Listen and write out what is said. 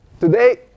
today